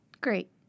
Great